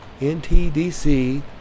NTDC